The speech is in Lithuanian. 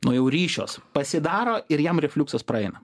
nu jau ryšiuos pasidaro ir jam refliuksas praeina